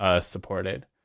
supported